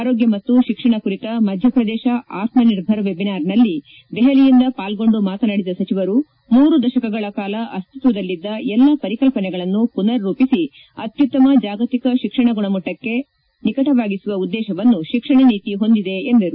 ಆರೋಗ್ಯ ಮತ್ತು ಶಿಕ್ಷಣ ಕುರಿತ ಮಧ್ಯಪ್ರದೇಶ ಆತ್ಮನಿರ್ಭರ್ ವೆಬಿನಾರ್ನಲ್ಲಿ ದೆಹಲಿಯಿಂದ ಪಾಲ್ಗೊಂಡು ಮಾತನಾದಿದ ಸಚಿವರು ಮೂರು ದಶಕಗಳ ಕಾಲ ಅಸ್ತಿತ್ವದಲ್ಲಿದ್ದ ಎಲ್ಲ ಪರಿಕಲ್ಪನೆಗಳನ್ನು ಪುನರ್ ರೂಪಿಸಿ ಅತ್ಯುತ್ತಮ ಜಾಗತಿಕ ಶಿಕ್ಷಣ ಗುಣಮಟ್ಟಕ್ಕೆ ನಿಕಟವಾಗಿಸುವ ಉದ್ದೇಶವನ್ನು ಶಿಕ್ಷಣ ನೀತಿ ಹೊಂದಿದೆ ಎಂದರು